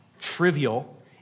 trivial